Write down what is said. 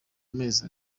mezi